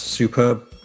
Superb